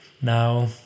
Now